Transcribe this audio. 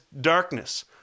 darkness